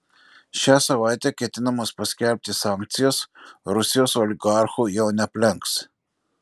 šią savaitę ketinamos paskelbti sankcijos rusijos oligarchų jau neaplenks